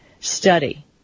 study